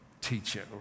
teacher